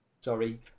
sorry